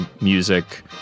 music